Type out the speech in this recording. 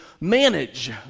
manage